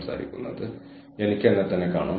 ഞങ്ങൾക്ക് ഒരു washing machine ഉണ്ടായിരുന്നു